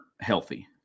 healthy